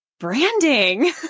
Branding